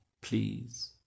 please